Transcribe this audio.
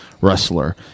wrestler